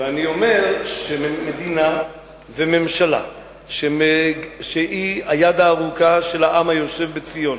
ואני אומר שמדינה וממשלה שהיא היד הארוכה של העם היושב בציון